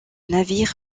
navire